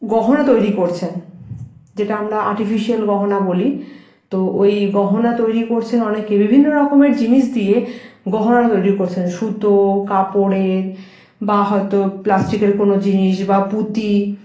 গহনা তৈরি করছে যেটা আমরা আর্টিফিশিয়াল গহনা বলি তো ওই গহনা তৈরি করছেন অনেকে বিভিন্ন রকমের জিনিস দিয়ে গহনা তৈরি করছেন সুতো কাপড়ের বা হয়তো প্লাস্টিকের কোনও জিনিস বা পুঁতি